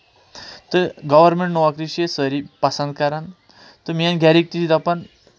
تہٕ گورمینٹ نوکری چھِ أسۍ سٲری پسنٛد کران تہٕ میٲنۍ گَرِکۍ تہِ چھِ دَپان